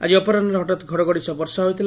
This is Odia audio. ଆକି ଅପରାହୁରେ ହଠାତ୍ ଘଡଘଡି ସହ ବର୍ଷା ହୋଇଥିଲା